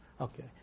okay